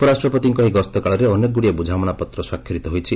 ଉପରାଷ୍ଟ୍ରପତିଙ୍କ ଏହି ଗସ୍ତ କାଳରେ ଅନେକଗୁଡ଼ିଏ ବୁଝାମଣାପତ୍ର ସ୍ୱାକ୍ଷରିତ ହୋଇଛି